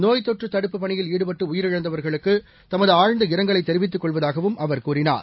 நோய் தொற்று தடுப்புப் பணியில் ஈடுபட்டு உயிரிழந்தவர்களுக்கு தமது ஆழ்ந்த இரங்கலை தெரிவித்துக் கொள்வதாகவும் அவர் கூறினார்